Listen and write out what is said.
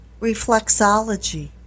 reflexology